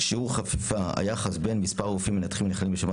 "שיעור החפיפה" היחס בין מספר הרופאים המנתחים הנכללים ברשימת